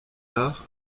arts